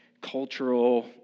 cultural